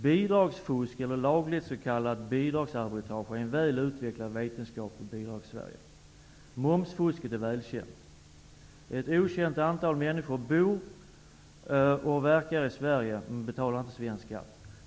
Bidragsfusk eller lagligt s.k. bidragsarbitrage är en väl utvecklad vetenskap i Bidragssverige. Momsfusket är välkänt. Ett okänt antal människor bor och verkar i Sverige men betalar inte svensk skatt.